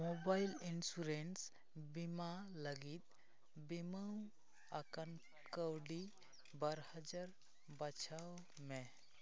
mobile insurance ᱵᱤᱢᱟ ᱞᱟᱹᱜᱤᱫ ᱵᱤᱢᱟᱹ ᱟᱠᱟᱱ ᱠᱟᱹᱣᱰᱤ ᱵᱟᱨ ᱦᱟᱡᱟᱨ ᱵᱟᱪᱷᱟᱣ ᱢᱮ